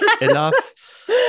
enough